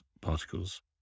particles